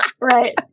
Right